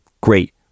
Great